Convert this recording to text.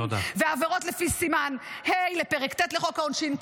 ועבירות לפי סימן ה' לפרק ט' לחוק העונשין,